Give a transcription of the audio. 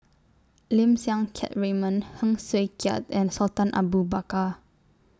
Lim Siang Keat Raymond Heng Swee Keat and Sultan Abu Bakar